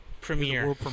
premiere